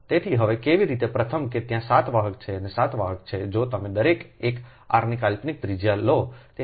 તેથી હવે કેવી રીતે પ્રથમ કે ત્યાં 7 વાહક છે ત્યાં 7 વાહક છે જો તમે દરેક એક r ની કાલ્પનિક ત્રિજ્યા લો